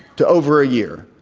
to over a year,